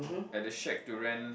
at the shack to rent